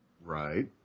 Right